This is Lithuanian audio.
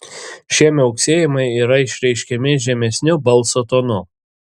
šie miauksėjimai yra išreiškiami žemesniu balso tonu